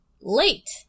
Late